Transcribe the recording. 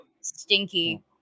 Stinky